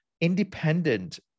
independent